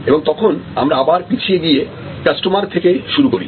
এবং তখন আমরা আবার পিছিয়ে গিয়ে কাস্টমার থেকে শুরু করি